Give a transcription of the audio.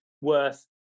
worth